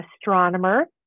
astronomer